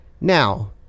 Now